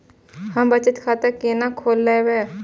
हम बचत खाता केना खोलैब?